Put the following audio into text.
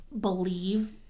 believe